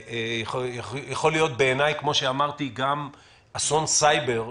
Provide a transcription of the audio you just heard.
יכול להיות גם אסון סייבר,